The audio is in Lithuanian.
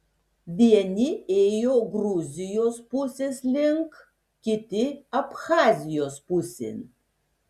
vieni ėjo gruzijos pusės link kiti abchazijos pusėn